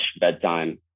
bedtime